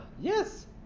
Yes